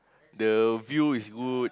the view is good